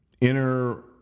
inner